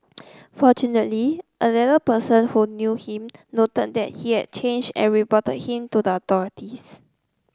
fortunately another person who knew him noted that he had changed and reported him to the authorities